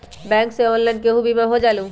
Bank से online केहु बिमा हो जाईलु?